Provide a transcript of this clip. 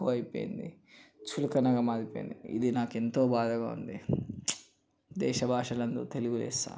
తక్కువ అయిపోయింది చులకనగా మారిపోయింది ఇది నాకెంతో బాధగా ఉంది దేశభాషలందు తెలుగు లెస్స అంతే